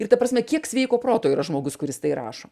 ir ta prasme kiek sveiko proto yra žmogus kuris tai rašo